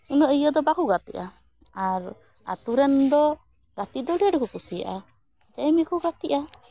ᱩᱱᱟᱹᱜ ᱤᱭᱟᱹ ᱫᱚ ᱵᱟᱠᱚ ᱜᱟᱛᱮᱜᱼᱟ ᱟᱨ ᱟ ᱛᱩ ᱨᱮᱱ ᱫᱚ ᱜᱟᱛᱮ ᱫᱚ ᱟᱹᱰᱤ ᱟᱸᱴ ᱠᱚ ᱠᱩᱥᱤᱭᱟᱜᱼᱟ ᱮᱢᱱᱤᱠᱚ ᱜᱟᱛᱮᱜᱼᱟ